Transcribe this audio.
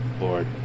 Lord